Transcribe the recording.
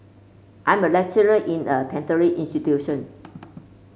I'm a lecturer in a tertiary institution